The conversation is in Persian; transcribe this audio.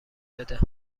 بده